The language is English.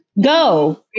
Go